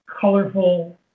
colorful